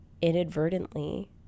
inadvertently